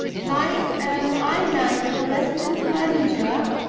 why am i like the resident manager